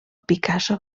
picasso